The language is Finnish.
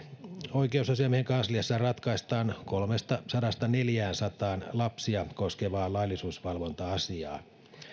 oikeusasiamiehen kansliassa ratkaistaan kolmestasadasta neljäänsataan lapsia koskevaa laillisuusvalvonta asiaa